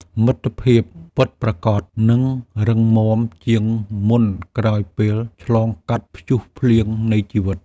មិត្តភាពពិតប្រាកដនឹងរឹងមាំជាងមុនក្រោយពេលឆ្លងកាត់ព្យុះភ្លៀងនៃជីវិត។